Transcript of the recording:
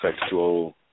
sexual